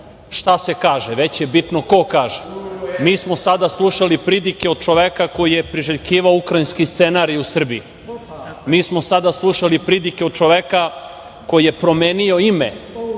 šta se kaže, već je bitno ko kaže. Mi smo sada slušali pridike od čoveka koji je priželjkivao ukrajinski scenario u Srbiji. Mi smo sada slušali pridike od čoveka koji je promenio ime